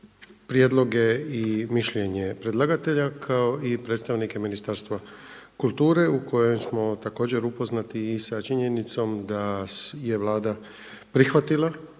prijedloge i mišljenje predlagatelja kao i predstavnike Ministarstva kulture u kojem smo također upoznati i sa činjenicom da je Vlada prihvatila